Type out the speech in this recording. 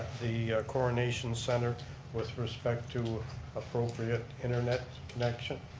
the coronation center with respect to appropriate internet connection.